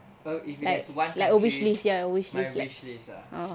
err if it there's one country my wish list lah